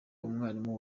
umwarimu